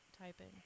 typing